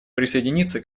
присоединиться